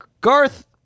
Garth